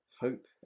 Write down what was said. hope